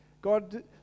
God